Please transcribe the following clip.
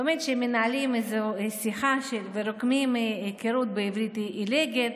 על איך שמנהלים שיחה ורוקמים היכרות בעברית עילגת,